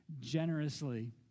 generously